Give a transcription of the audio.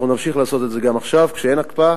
אנחנו נמשיך לעשות את זה גם עכשיו, כשאין הקפאה,